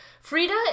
Frida